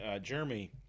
Jeremy